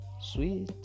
sweet